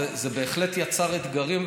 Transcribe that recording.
זה בהחלט יצר אתגרים,